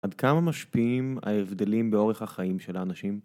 עד כמה משפיעים ההבדלים באורך החיים של האנשים?